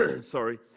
Sorry